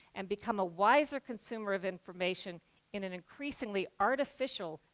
and become a wiser consumer of information in an increasingly artificial,